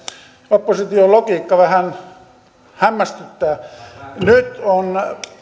opposition logiikka vähän hämmästyttää nyt on